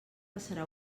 passarà